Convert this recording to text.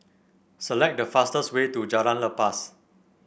select the fastest way to Jalan Lepas